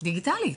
דיגיטלית.